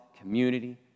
community